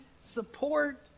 support